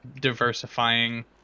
diversifying